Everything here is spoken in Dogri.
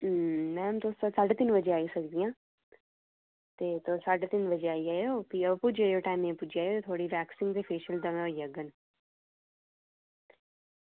हां मैम तुस साड्ढे तिन बजे आई सकदियां ते तुस साड्ढे तिन बजे आई जाएओ ते फ्ही ओह् पुज्जी जाएओ टैमै दे पुज्जी जाएओ थुआढ़ी फेशियल ते वैक्सिंग दमैं होई जाङन